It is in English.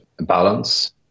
balance